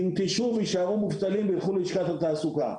יינטשו ויישארו מובטלים וילכו ללשכת התעסוקה.